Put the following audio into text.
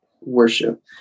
worship